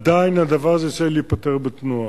עדיין הדבר הזה צריך להיפתר בתנועה.